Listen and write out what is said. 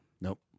Nope